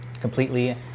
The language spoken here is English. completely